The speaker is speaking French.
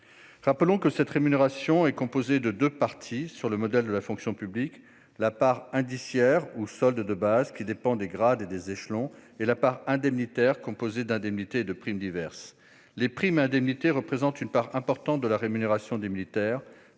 Rappelons que cette rémunération est composée de deux parties, sur le modèle de la fonction publique : la part indiciaire ou solde de base, qui dépend des grades et des échelons ; et la part indemnitaire, composée d'indemnités et de primes diverses. Les primes et indemnités représentent une part importante de la rémunération des militaires